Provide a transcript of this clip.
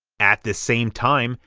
at the same time,